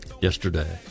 yesterday